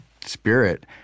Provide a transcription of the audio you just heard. spirit